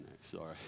sorry